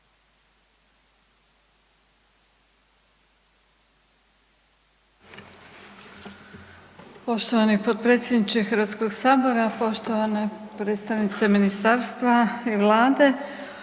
Poštovani potpredsjedniče HS-a, poštovana predstavnice ministarstva i Vlade.